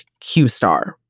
QSTAR